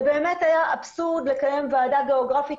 זה באמת היה אבסורד לקיים ועדה גיאוגרפית